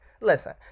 Listen